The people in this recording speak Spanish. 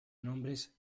nombres